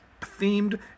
themed